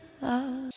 love